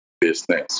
business